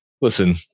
Listen